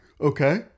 Okay